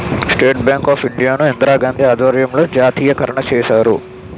state bank of India ను ఇందిరాగాంధీ ఆధ్వర్యంలో జాతీయకరణ చేశారు